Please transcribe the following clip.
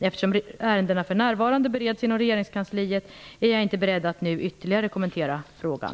Eftersom ärendena för närvarande bereds inom regeringskansliet är jag inte beredd att nu ytterligare kommentera frågan.